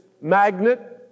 magnet